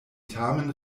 tamen